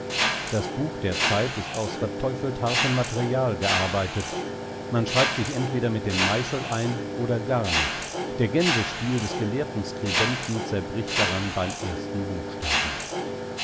das buch der zeit ist aus verteufelt hartem material gearbeitet man schreibt sich entweder mit dem meißel ein oder gar nicht der gänsestiel des gelehrten skribenten zerbricht daran beim ersten buchstaben